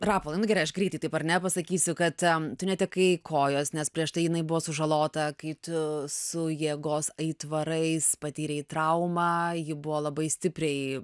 rapolai nu gerai aš greitai taip ar ne pasakysiu kad tu netekai kojos nes prieš tai jinai buvo sužalota kai tu su jėgos aitvarais patyrei traumą ji buvo labai stipriai